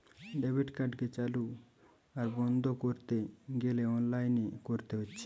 debit কার্ডকে চালু আর বন্ধ কোরতে গ্যালে অনলাইনে কোরতে হচ্ছে